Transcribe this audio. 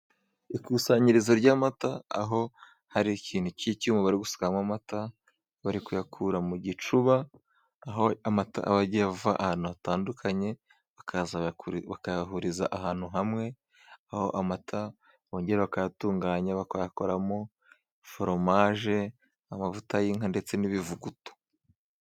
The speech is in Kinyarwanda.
Ikusanyirizo ry'amata, aho hari ikintu k'icyuma bari gusukamo amata bari kuyakura mu gicuba, aho amata aba agiye ava ahantu hatandukanye bakaza bakayahuriza ahantu hamwe, aho amata bongera bakayatunganya bakayakoramo foromaje, amavuta y'inka ndetse n'ibivuguto.